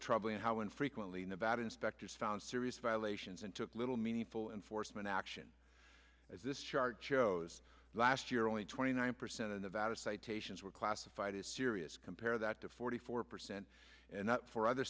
troubling how infrequently nevada inspectors found serious violations and took little meaningful enforcement action as this chart shows last year only twenty nine percent of the vat of citations were classified as serious compare that to forty four percent and for other